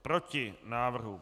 Proti návrhu.